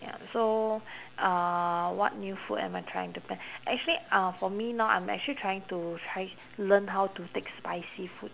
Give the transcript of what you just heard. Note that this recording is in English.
ya so uh what new food am I trying to plan actually uh for me now I'm actually trying to try~ learn how to take spicy food